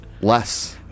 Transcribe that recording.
less